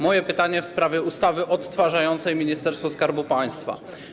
Moje pytanie w sprawie ustawy odtwarzającej Ministerstwo Skarbu Państwa.